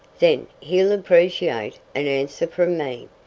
then he'll appreciate an answer from me.